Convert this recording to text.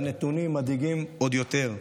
והנתונים מדאיגים עוד יותר.